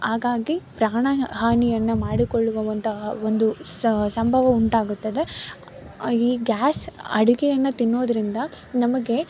ಹಾಗಾಗಿ ಪ್ರಾಣ ಹಾನಿಯನ್ನು ಮಾಡಿಕೊಳ್ಳುವ ಅಂತಹ ಒಂದು ಸಂಭವ ಉಂಟಾಗುತ್ತದೆ ಈ ಗ್ಯಾಸ್ ಅಡುಗೆಯನ್ನು ತಿನ್ನೋದರಿಂದ ನಮಗೆ